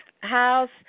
house